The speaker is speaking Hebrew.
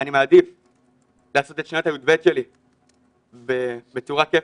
אני מעדיף לעשות את שנת ה-י"ב שלי בצורה כיפית,